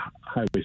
highway